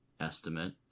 estimate